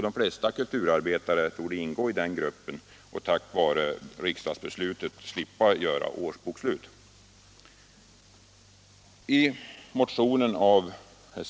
De flesta kulturarbetare torde ingå i den gruppen och tack vare riksdagsbeslutet slippa göra årsboksslut.